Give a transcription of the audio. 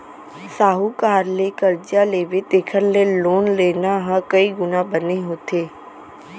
साहूकार ले करजा लेबे तेखर ले लोन लेना ह कइ गुना बने होथे